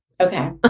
Okay